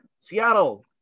Seattle